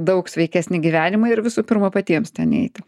daug sveikesnį gyvenimą ir visų pirma patiems ten eiti